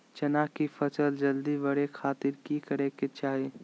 चना की फसल जल्दी बड़े खातिर की करे के चाही?